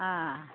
अ